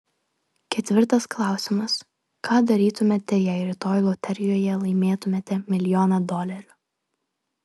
ketvirtas klausimas ką darytumėte jei rytoj loterijoje laimėtumėte milijoną dolerių